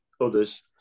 others